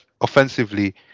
offensively